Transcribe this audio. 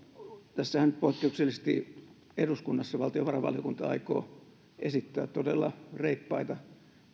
tässähän nyt poikkeuksellisesti eduskunnassa valtiovarainvaliokunta aikoo esittää todella reippaita